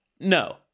No